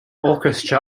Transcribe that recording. orchestra